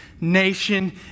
nation